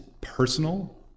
personal